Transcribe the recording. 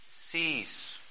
sees